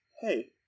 hey